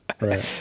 Right